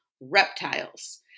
reptiles